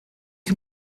can